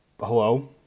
hello